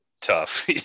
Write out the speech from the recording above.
tough